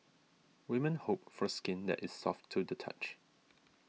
women hope for skin that is soft to the touch